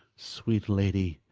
sweet lady,